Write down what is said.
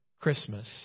Christmas